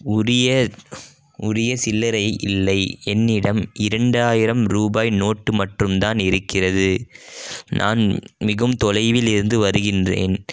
உரிய உரிய சில்லறை இல்லை என்னிடம் இரண்டாயிரம் ரூபாய் நோட்டு மட்டும் தான் இருக்கிறது நான் மிகவும் தொலைவில் இருந்து வருகிறேன்